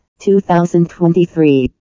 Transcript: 2023